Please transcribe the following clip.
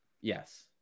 Yes